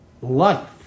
Life